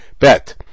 Bet